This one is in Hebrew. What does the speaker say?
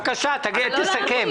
בבקשה תסכם.